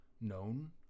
known